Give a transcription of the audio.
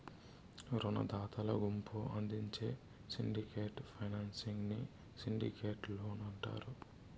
రునదాతల గుంపు అందించే సిండికేట్ ఫైనాన్సింగ్ ని సిండికేట్ లోన్ అంటారు